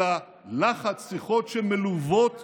אלא לחץ, שיחות שמלוות בלחץ,